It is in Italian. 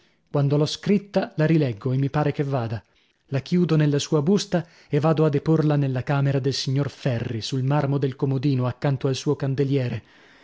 quando l'ho scritta la rileggo e mi pare che vada la chiudo nella sua busta e vado a deporla nella camera del signor ferri sul marmo del comodino accanto al suo candeliere